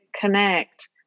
connect